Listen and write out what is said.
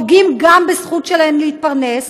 פוגעים גם בזכות שלהם להתפרנס: